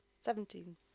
Seventeen